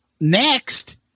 next